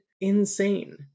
Insane